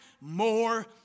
more